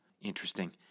interesting